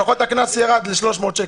לפחות הקנס ירד ל-300 שקל.